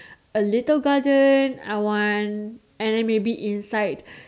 a little garden I want and then maybe inside